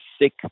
sick